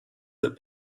that